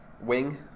wing